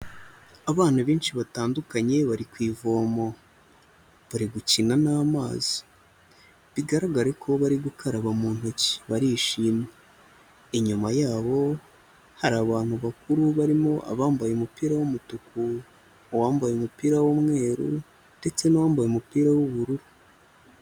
Abana benshi batandukanye bari ku ivomo. Bari gukina n'amazi. Bigaragare ko bari gukaraba mu ntoki. Barishimye. Inyuma yabo, hari abantu bakuru barimo abambaye umupira w'umutuku, uwambaye umupira w'umweru ndetse n'uwambaye umupira w'ubururu.